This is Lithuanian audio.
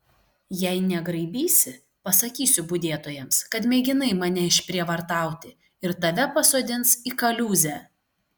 jei negraibysi pasakysiu budėtojams kad mėginai mane išprievartauti ir tave pasodins į kaliūzę